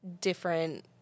different –